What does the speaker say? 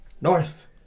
North